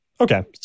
Okay